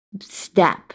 step